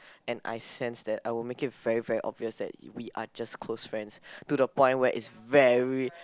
and I sense that I would make it very very obvious that we are just close friends to the point where is very